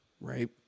right